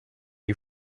you